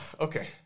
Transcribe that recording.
okay